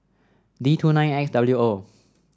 D two nine X W O